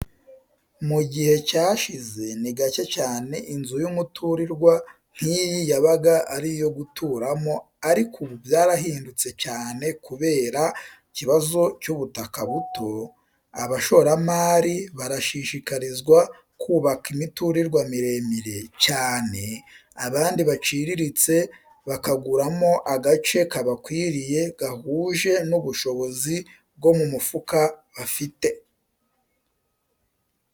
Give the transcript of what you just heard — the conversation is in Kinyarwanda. Mu gihe cyashize, ni gake cyane inzu y'umuturirwa nk'iyi yabaga ari iyo guturamo ariko ubu byarahindutse cyane kubera ikibazo cy'ubutaka buto; abashoramari barashishikarizwa kubaka imiturirwa miremire cyane, abandi baciriritse bakaguramo agace kabakwiriye, gahuje n'ubushobozi bwo mu mufuka bafite.